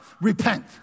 Repent